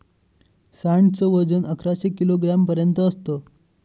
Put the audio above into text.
सांड च वजन अकराशे किलोग्राम पर्यंत असत